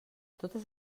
totes